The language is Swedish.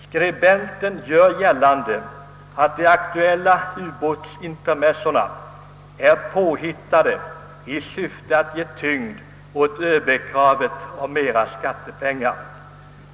Skribenten gör gällande att de aktuella ubåtsintermezzona är påhittade i syfte att ge tyngd åt ÖB-kravet om mera skattepengar.